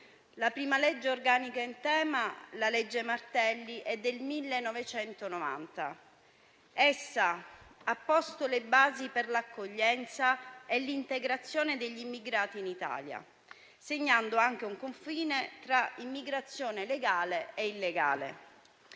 La prima legge organica sul tema, la cosiddetta legge Martelli, è del 1990: essa ha posto le basi per l'accoglienza e l'integrazione degli immigrati in Italia, segnando anche un confine tra immigrazione legale e illegale.